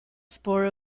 spur